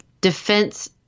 defense